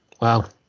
Wow